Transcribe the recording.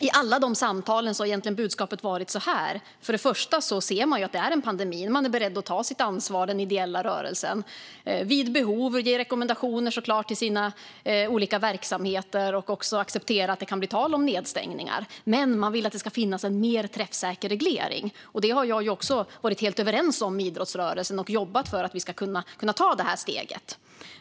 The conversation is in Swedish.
I alla de samtalen har budskapet egentligen varit att man ser att det är en pandemi, och den ideella rörelsen är beredd att ta sitt ansvar vid behov och att i sina olika verksamheter ge rekommendationer. Man accepterar också att det kan bli tal om nedstängningar. Men man vill att det ska finnas en mer träffsäker reglering. Jag har varit helt överens med idrottsrörelsen om det och har jobbat för att kunna ta det här steget.